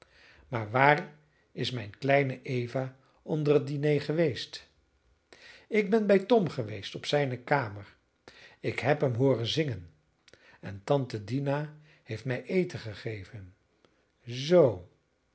maar waar is mijne kleine eva onder het diner geweest ik ben bij tom geweest op zijne kamer ik heb hem hooren zingen en tante dina heeft mij eten gegeven zoo